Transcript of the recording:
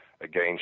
Again